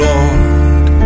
Lord